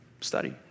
study